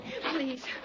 Please